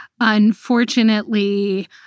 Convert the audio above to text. Unfortunately